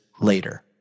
later